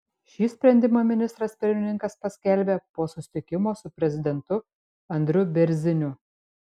šį sprendimą ministras pirmininkas paskelbė po susitikimo su prezidentu andriu bėrziniu